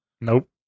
Nope